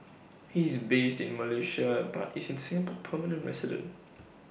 he is based in Malaysia but is A Singapore permanent resident